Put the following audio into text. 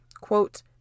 quote